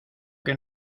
que